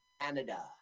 canada